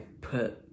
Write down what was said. put